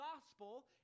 gospel